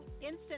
instant